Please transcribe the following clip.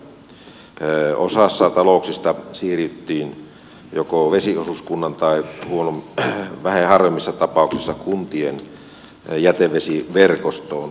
osassa talouksista siirryttiin joko vesiosuuskunnan tai vähän harvemmissa tapauksissa kuntien jätevesiverkostoon